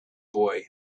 boy